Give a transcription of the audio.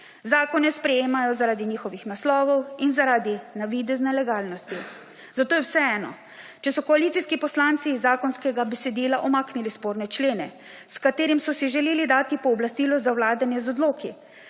Zakone sprejemajo, zaradi njihovih naslovov in zaradi navidezne legalnosti, zato je vseeno, če so koalicijski poslanci iz zakonskega besedila umaknili sporne člene, s katerim so si želeli dati pooblastilo za vladanje z odloki